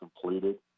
completed